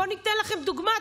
בואו אני אתן לכם דוגמה,